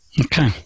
Okay